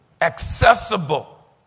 accessible